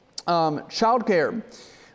Childcare